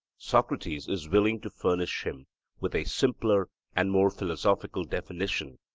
socrates is willing to furnish him with a simpler and more philosophical definition,